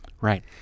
Right